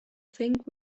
think